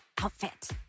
outfit